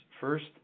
First